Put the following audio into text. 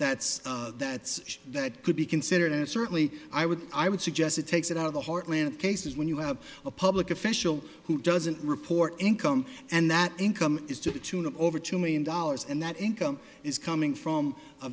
that's that that could be considered and certainly i would i would suggest it takes it out of the heartland of cases when you have a public official who doesn't report income and that income is to the tune of over two million dollars and that income is coming from a